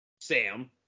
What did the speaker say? Sam